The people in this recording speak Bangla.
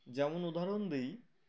যেমন উদাহরণ দিই